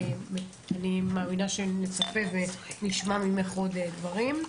ואני מאמינה שנצפה ונשמע ממך עוד דברים.